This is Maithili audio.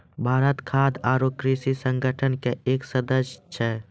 भारत खाद्य आरो कृषि संगठन के एक सदस्य छै